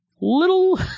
Little